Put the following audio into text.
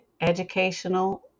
educational